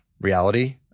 reality